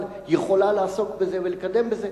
אבל יכולה לעסוק בזה ולקדם את זה,